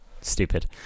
Stupid